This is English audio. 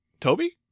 Toby